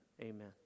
Amen